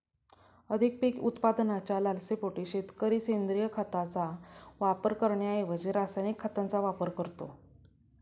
अधिक पीक उत्पादनाच्या लालसेपोटी शेतकरी सेंद्रिय खताचा वापर करण्याऐवजी रासायनिक खतांचा वापर करतो